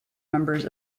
members